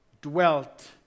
dwelt